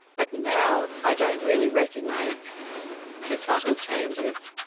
but now i don't really recognise the subtle changes